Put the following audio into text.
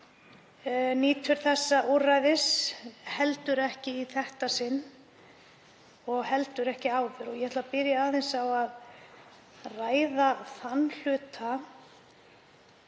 ekki þessa úrræðis, ekki í þetta sinn og heldur ekki áður. Ég ætla að byrja aðeins á að ræða þann hluta.